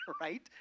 right